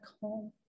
home